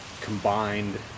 combined